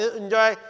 enjoy